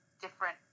different